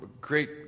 great